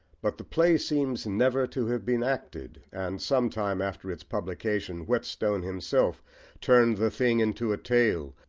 but the play seems never to have been acted, and some time after its publication whetstone himself turned the thing into a tale,